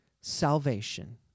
Salvation